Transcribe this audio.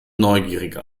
neugierige